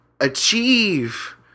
achieve